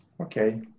Okay